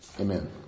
Amen